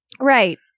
Right